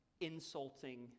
insulting